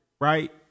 right